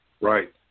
Right